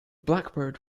blackbird